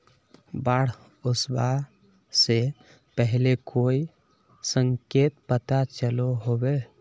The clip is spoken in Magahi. बाढ़ ओसबा से पहले कोई संकेत पता चलो होबे?